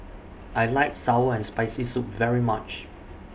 I like Sour and Spicy Soup very much